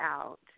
out